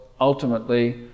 ultimately